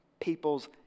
people's